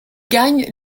gagne